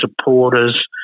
supporters